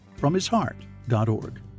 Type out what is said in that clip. fromhisheart.org